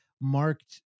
marked